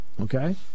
Okay